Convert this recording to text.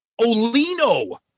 Olino